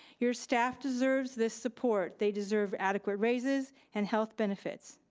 your staff deserves this support. they deserve adequate raises, and health benefits.